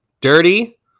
dirty